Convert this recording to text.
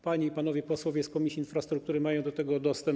Panie i panowie posłowie z Komisji Infrastruktury mają do tego dostęp.